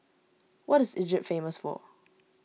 what is Egypt famous for